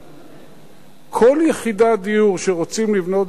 כל יחידת דיור שרוצים לבנות בירושלים,